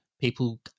people